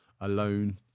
alone